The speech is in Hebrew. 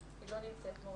נמצאת.